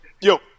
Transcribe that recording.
yo